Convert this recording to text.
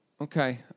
Okay